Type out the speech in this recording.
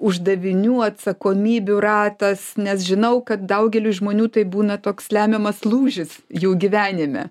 uždavinių atsakomybių ratas nes žinau kad daugeliui žmonių tai būna toks lemiamas lūžis jų gyvenime